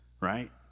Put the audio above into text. right